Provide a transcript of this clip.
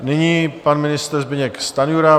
Nyní pan ministr Zbyněk Stanjura.